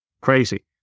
crazy